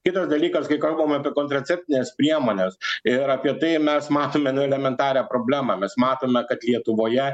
kitas dalykas kai kalbam apie kontraceptines priemones ir apie tai mes matome elementarią problemą mes matome kad lietuvoje